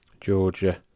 Georgia